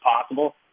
possible